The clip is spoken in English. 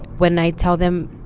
when i tell them,